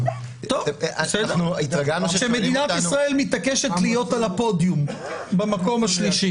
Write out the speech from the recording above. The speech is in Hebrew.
רק שמדינת ישראל מתעקשת להיות על הפודיום במקום השלישי.